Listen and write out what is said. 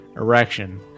erection